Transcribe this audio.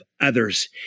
others